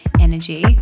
energy